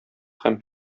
һәм